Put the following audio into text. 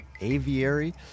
aviary